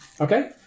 Okay